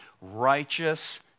righteous